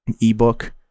ebook